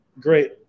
great